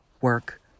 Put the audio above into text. work